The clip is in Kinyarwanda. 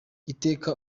iteka